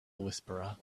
whisperer